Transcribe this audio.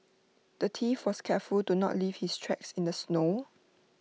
the thief was careful to not leave his tracks in the snow